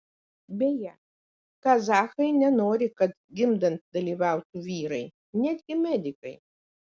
beje kazachai nenori kad gimdant dalyvautų vyrai netgi medikai